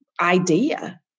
idea